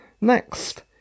Next